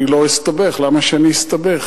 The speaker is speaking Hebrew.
אני לא אסתבך, למה שאני אסתבך?